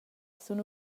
sun